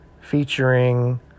featuring